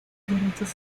derechos